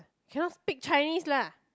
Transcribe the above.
cannot speak Chinese lah